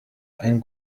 ein